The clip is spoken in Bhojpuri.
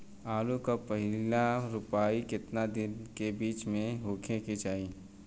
आलू क पहिला रोपाई केतना दिन के बिच में होखे के चाही?